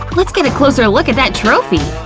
let's get a closer look at that trophy!